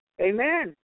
Amen